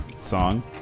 song